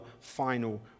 final